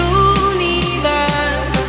universe